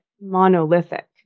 monolithic